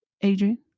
Adrian